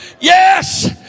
Yes